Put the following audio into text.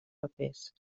papers